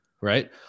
right